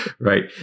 Right